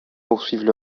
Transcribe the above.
poursuivent